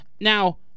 Now